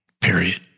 period